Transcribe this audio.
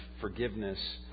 forgiveness